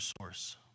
source